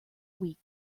week